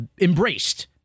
embraced